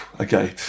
Okay